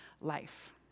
life